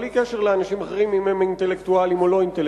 בלי קשר לוויכוח אם אנשים אחרים הם אינטלקטואלים או לא אינטלקטואלים.